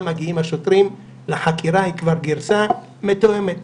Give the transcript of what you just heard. מגיעים השוטרים לחקירה היא כבר גרסה מתואמת,